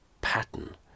pattern